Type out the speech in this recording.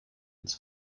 ins